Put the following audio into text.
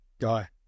guy